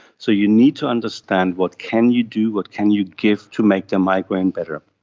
so you need to understand what can you do, what can you give to make the migraine better.